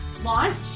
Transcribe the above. launch